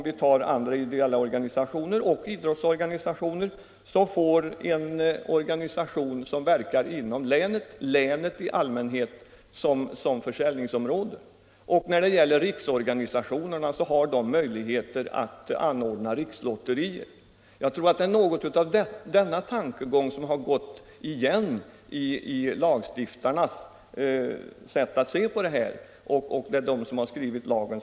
Idrottsorganisationer och andra ideella organisationer med verksamhet inom länet får i allmänhet också länet som försäljningsområde, medan riksorganisationerna har möjligheter att anordna rikslotterier. Jag tror att det är detta synsätt som lagstiftarna tillämpat när de skrivit lagen.